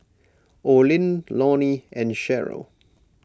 Olin Lonnie and Sheryll